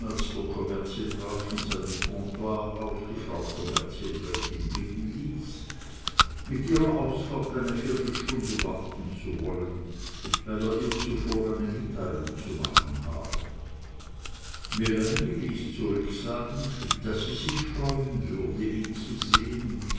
der kommerzienrat von seinem kontor aus die frau kommerzienrätin bitten ließ mit ihrer ausfahrt eine viertelstunde warten zu wollen weil er ihr zuvor eine mitteilung zu machen habe melanie ließ zurücksagen daß sie sich freuen würde ihn zu sehen